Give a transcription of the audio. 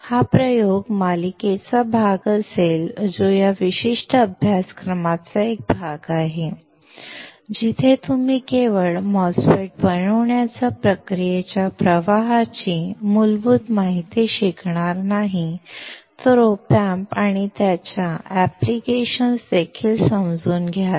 हा प्रयोग मालिकेचा भाग असेल जो या विशिष्ट अभ्यासक्रमाचा एक भाग आहे जिथे तुम्ही केवळ MOSFET बनवण्याच्या प्रक्रियेच्या प्रवाहाची मूलभूत माहितीच शिकणार नाही तर op amps आणि त्याचा ऍप्लिकेशन्स देखील समजून घ्याल